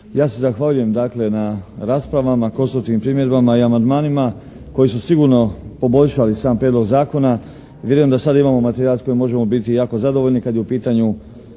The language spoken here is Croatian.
Ja se zahvaljujem dakle na raspravama, konstruktivnim primjedbama i amandmanima koji su sigurno poboljšali sam Prijedlog zakona. Vjerujem da sad imamo materijal s kojim možemo biti jako zadovoljni kad je u pitanju